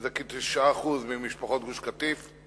שזה כ-9% ממשפחות גוש קטיף,